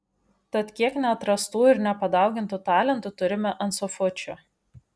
tad kiek neatrastų ir nepadaugintų talentų turime ant sofučių